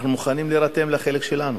אנחנו מוכנים להירתם לחלק שלנו,